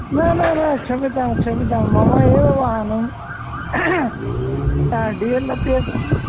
न न न क्षम्यतां क्षम्यतां मम एव वाहन डि एल् अपि अस्ति